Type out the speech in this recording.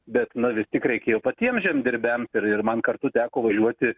bet na vis tik reikėjo patiems žemdirbiams ir ir man kartu teko važiuoti